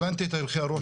הבנתי את הלכי הרוח.